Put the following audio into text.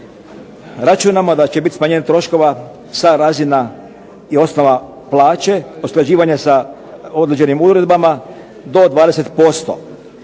Računamo da će biti smanjenje troškova sa razina i osnova plaće, usklađivanje sa određenim uredbama do 20%.